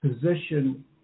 position